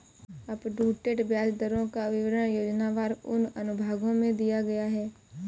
up to date ब्याज दरों का विवरण योजनावार उन अनुभागों में दिया गया है